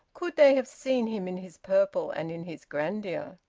could they have seen him in his purple and in his grandeur.